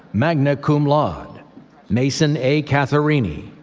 magna cum laude mason a. catharini,